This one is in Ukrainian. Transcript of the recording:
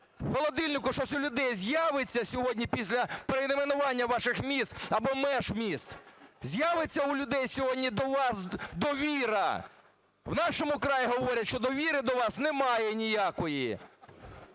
холодильнику щось у людей з'явиться сьогодні після перейменування ваших міст або меж міст? З'явиться у людей сьогодні до вас довіра? У "Нашому краї" говорять, що довіри до вас немає ніякої.